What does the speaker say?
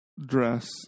dress